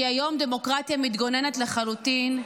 שהיא היום דמוקרטיה מתגוננת לחלוטין,